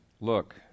Look